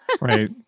Right